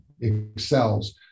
excels